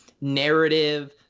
narrative